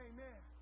Amen